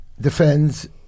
defends